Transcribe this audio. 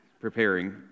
preparing